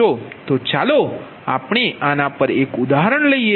તો ચાલો આપણે આના પર એક ઉદાહરણ લઈએ